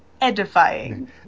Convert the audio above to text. Edifying